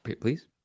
please